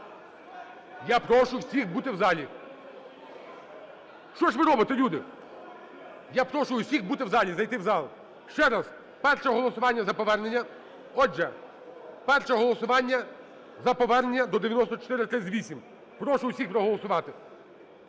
Я прошу всіх бути в залі. Що ж ви робите, люди? Я прошу всіх бути в залі, зайти в зал. Ще раз, перше голосування - за повернення. Отже, перше голосування - за повернення до 9438. Прошу всіх проголосувати.